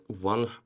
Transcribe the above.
one